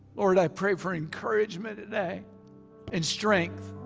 lord i pray for encouragement today and strength.